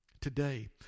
Today